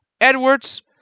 Edwards